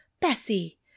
Bessie